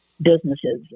Businesses